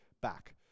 back